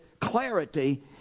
clarity